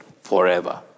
forever